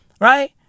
Right